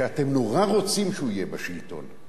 שאתם נורא רוצים שהוא יהיה בשלטון,